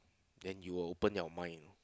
then you will open your mind